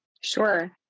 Sure